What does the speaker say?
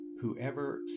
Whoever